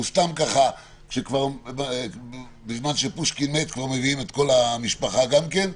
וסתם ככה בזמן שפושקין מת כבר מביאים את כל המשפחה גם כן?